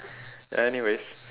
anyways